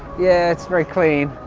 yeah. it's very clean.